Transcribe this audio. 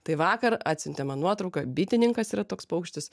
tai vakar atsiuntė man nuotrauką bitininkas yra toks paukštis